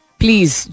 please